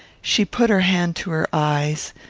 she put her hand to her eyes,